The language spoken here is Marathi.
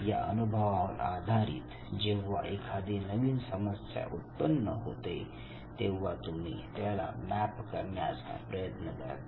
या अनुभवावर आधारित जेव्हा एखादी नवीन समस्या उत्पन्न होते तेव्हा तुम्ही त्याला मॅप करण्याचा प्रयत्न करता